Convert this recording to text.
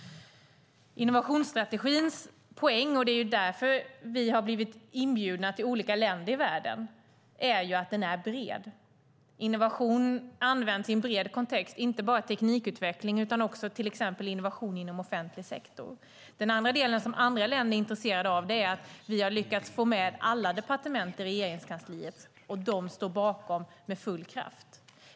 Poängen med innovationsstrategin, och det är därför som vi har blivit inbjudna till olika länder i världen, är att den är bred. Innovation används i en bred kontext, inte bara i teknikutveckling utan också i till exempel offentlig sektor. Den andra delen, som andra länder är intresserade av, är att vi har lyckats få med alla departement i Regeringskansliet, och de står bakom med full kraft.